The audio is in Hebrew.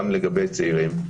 גם לגבי צעירים,